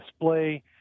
display